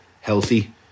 healthy